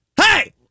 Hey